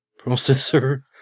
processor